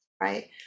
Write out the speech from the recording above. right